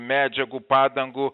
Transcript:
medžiagų padangų